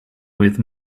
with